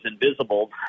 invisible